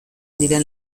diren